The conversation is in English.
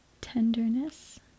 tenderness